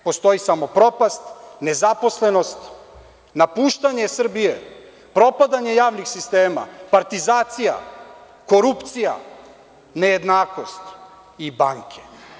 Postoji samo propast, nezaposlenost, napuštanje Srbije, propadanje javnih sistema, partizacija, korupcija, nejednakost i banke.